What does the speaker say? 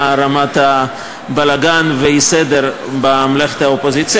לרמת הבלגן והאי-סדר במלאכת האופוזיציה,